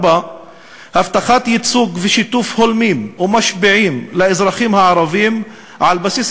4. הבטחת ייצוג ושיתוף הולמים ומשפיעים לאזרחים הערבים על בסיס